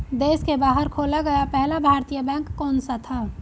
देश के बाहर खोला गया पहला भारतीय बैंक कौन सा था?